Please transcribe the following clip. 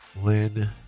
Lynn